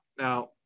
Now